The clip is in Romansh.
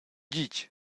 ditg